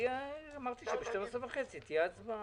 אמרתי שב-12:30 תהיה הצבעה.